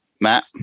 Matt